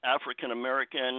African-American